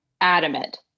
adamant